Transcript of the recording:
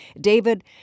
David